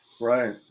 Right